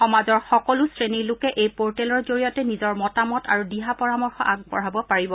সমাজৰ সকলো শ্ৰেণীৰ লোকে এই পৰ্টেলৰ জৰিয়তে নিজৰ মতামত আৰু দিহা পৰামৰ্শ আগবঢ়াব পাৰিব